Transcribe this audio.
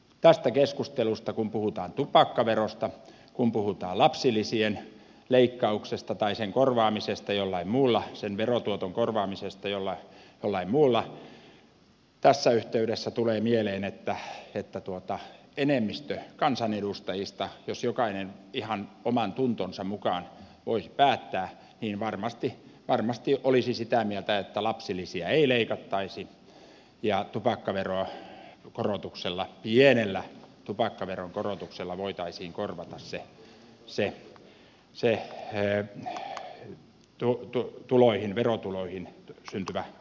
tässä keskustelussa kun puhutaan tupakkaverosta kun puhutaan lapsilisien leikkauksesta tai sen korvaamisesta jollain muulla sen verotuoton korvaamisesta jollain muulla tässä yhteydessä tulee mieleen että enemmistö kansanedustajista jos jokainen ihan omantuntonsa mukaan voisi päättää varmasti olisi sitä mieltä että lapsilisiä ei leikattaisi ja tupakkaveron korotuksella pienellä tupakkaveron korotuksella voitaisiin korvata se oli mulle jo tullut tuloihin verotuloihin syntyvä aukko